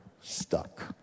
stuck